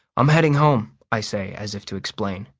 i'm heading home, i say, as if to explain.